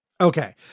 Okay